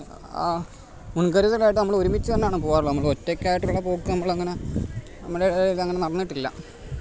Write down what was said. ആ മുൻകരുതലായിട്ട് നമ്മൾ ഒരുമിച്ച് തന്നെയാണ് പോകാറുള്ളത് നമ്മൾ ഒറ്റയ്ക്കായിട്ടുള്ള പോക്ക് നമ്മൾ അങ്ങനെ നമ്മുടേത് അങ്ങനെ നടന്നിട്ടില്ല